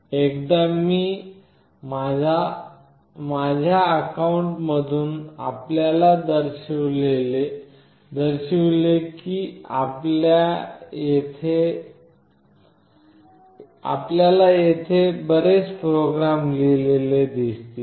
एकदा मी माझ्या अकाउंटमधून आपल्याला दर्शविले की आपल्याला येथे बरेच प्रोग्राम लिहिलेले दिसेल